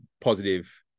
positive